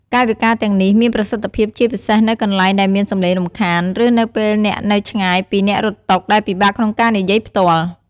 កាយវិការទាំងនេះមានប្រសិទ្ធភាពជាពិសេសនៅកន្លែងដែលមានសំឡេងរំខាន ឬនៅពេលអ្នកនៅឆ្ងាយពីអ្នករត់តុ ដែលពិបាកក្នុងការនិយាយផ្ទាល់។